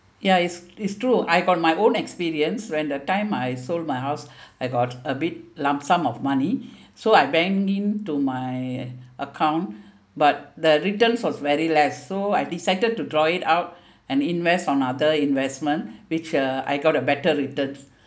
ya it's it's true I got my own experience when the time I sold my house I got a bit lump sum of money so I bank in to my account but the returns was very less so I decided to draw it out and invest on other investment which uh I got a better returns